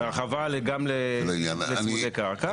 הרחבה גם לצמודי קרקע.